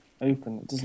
Open